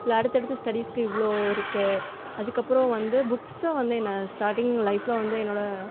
இல்லை அடுத்து அடுத்து ஸ்டடிஸூக்கு இவ்வளோ இருக்குது அதுக்கப்புறம் வந்து புக்ஸை வந்து என்னை ஸ்டார்ட்டிங் லைஃப்பில் வந்து என்னோடய